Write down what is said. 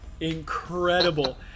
incredible